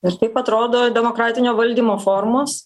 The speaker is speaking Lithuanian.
ir taip atrodo demokratinio valdymo formos